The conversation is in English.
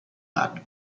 but